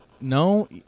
No